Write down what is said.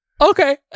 Okay